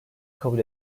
kabul